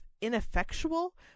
ineffectual